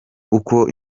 uko